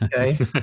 okay